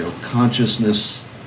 consciousness